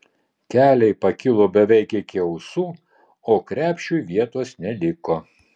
keliai pakilo beveik iki ausų o krepšiui vietos neliko